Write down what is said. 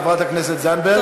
תודה רבה, חברת הכנסת זנדברג.